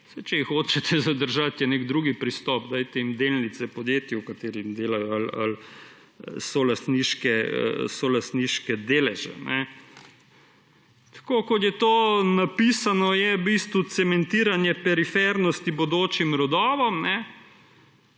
če jih hočete zadržati je nek drug pristop, dajte jim delnice v podjetju v katerem delajo ali solastniške deleže. Tako kot je to napisano je v bistvu cementiranje perifernosti bodočim rodovom,